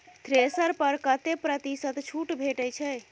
Thresher पर कतै प्रतिशत छूट भेटय छै?